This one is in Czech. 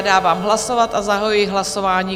Dávám hlasovat a zahajuji hlasování.